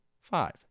Five